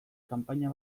kanpaina